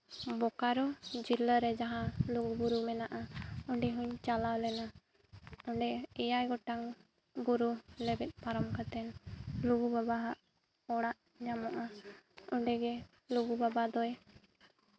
ᱵᱳᱠᱟᱨᱳ ᱡᱤᱞᱟᱹ ᱨᱮ ᱡᱟᱦᱟᱸ ᱞᱩᱜᱩᱼᱵᱩᱨᱩ ᱢᱮᱱᱟᱜᱼᱟ ᱚᱸᱰᱮ ᱦᱚᱸᱧ ᱪᱟᱞᱟᱣ ᱞᱮᱱᱟ ᱚᱸᱰᱮ ᱮᱭᱟᱭ ᱜᱚᱴᱟᱝ ᱵᱩᱨᱩ ᱞᱮᱵᱮᱫ ᱯᱟᱨᱚᱢ ᱠᱟᱛᱮᱱ ᱞᱩᱜᱩ ᱵᱟᱵᱟᱣᱟᱜ ᱚᱲᱟᱜ ᱧᱟᱢᱚᱜᱼᱟ ᱚᱸᱰᱮ ᱜᱮ ᱞᱩᱜᱩ ᱵᱟᱵᱟ ᱫᱚᱭ